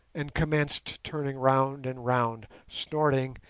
and commenced turning round and round, snorting,